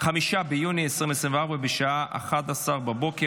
תחנות משטרה ומתקנים